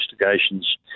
investigations